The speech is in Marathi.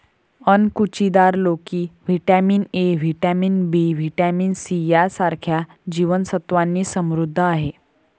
अणकुचीदार लोकी vitamin A, vitamin B, vitamin C यांसारख्या जीवन सत्त्वांनी समृद्ध आहे